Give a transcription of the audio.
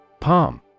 Palm